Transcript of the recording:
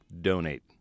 donate